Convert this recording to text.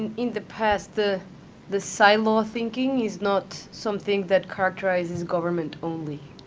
and in the past, the the silo thinking is not something that characterizes government only.